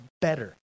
better